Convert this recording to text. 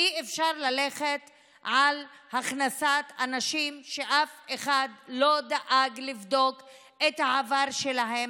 אי-אפשר ללכת על הכנסת אנשים שאף אחד לא דאג לבדוק את העבר שלהם,